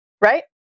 right